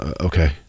Okay